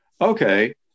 Okay